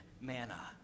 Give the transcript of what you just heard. manna